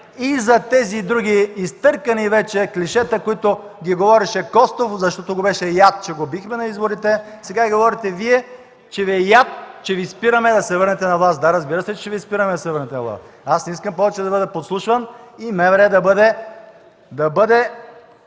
и за другите изтъркани вече клишета, които ги говореше Костов, защото го беше яд, че го бихме на изборите. Сега ги говорите Вие, защото Ви е яд, че Ви спираме да се върнете на власт. Да, разбира се, че ще Ви спираме да се върнете на власт. Аз не искам повече да бъда подслушван и МВР да бъде